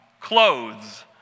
clothes